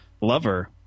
lover